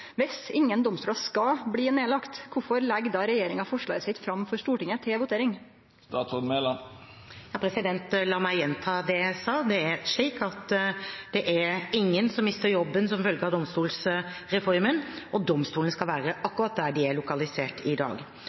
ingen domstolar skal bli nedlagde, kvifor legg då regjeringa forslaget sitt fram for Stortinget til votering?» La meg gjenta det jeg sa: Det er ingen som mister jobben som følge av domstolsreformen, og domstolene skal være akkurat der de er lokalisert i dag.